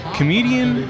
comedian